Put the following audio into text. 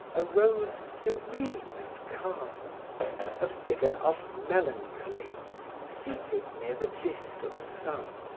arose serene and calm a figure of melancholy seated near the disk of a sun,